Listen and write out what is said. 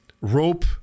rope